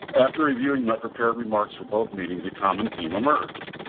after reviewing my prepared remarks for both meetings, a common theme emerged.